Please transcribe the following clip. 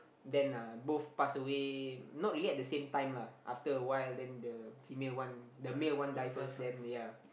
then ah both pass away not really at the same time lah after awhile then the female one the male one die first then ya